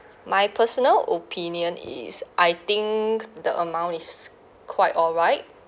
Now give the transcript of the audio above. my personal opinion is I think the amount is quite all right